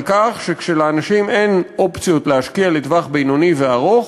כך שכשלאנשים אין אופציות להשקיע לטווח בינוני וארוך,